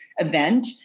event